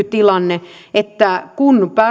tilanne että kun